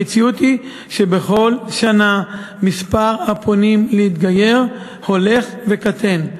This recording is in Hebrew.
המציאות היא שבכל שנה מספר הפונים להתגייר הולך וקטן.